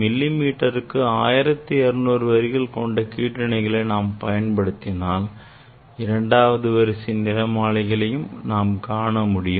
milli மீட்டருக்கு 1200 வரிகள் கொண்ட கீற்றிணியை நாம் பயன்படுத்தினால் இரண்டாவது வரிசை நிறமாலை வரிகளையும் காண முடியும்